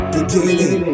Beginning